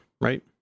right